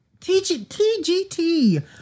TGT